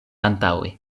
antaŭe